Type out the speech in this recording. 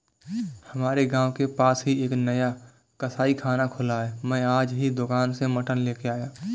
हमारे गांव के पास ही एक नया कसाईखाना खुला है मैं आज ही दुकान से मटन लेकर आया